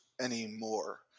anymore